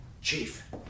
Chief